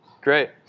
great